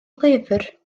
lyfr